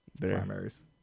primaries